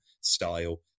style